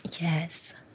Yes